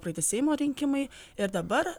praeiti seimo rinkimai ir dabar